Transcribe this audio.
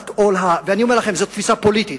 ואני אומר לכם, זו תפיסה פוליטית.